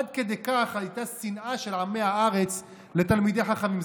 עד כדי כך הייתה שנאה של עמי הארץ לתלמידי חכמים.